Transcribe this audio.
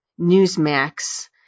Newsmax